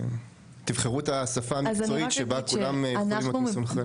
תבחרו את השפה המקצועית שבה כולם יכולים להיות מסונכרנים.